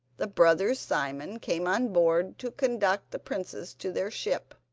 the brothers simon came on board to conduct the princess to their ship,